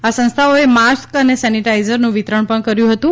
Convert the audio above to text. આ સંસ્થાઓએ માસ્ક અને સેનિટાઇઝરનું વિતરણ પણ કર્યું હતું